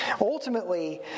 ultimately